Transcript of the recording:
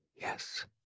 Yes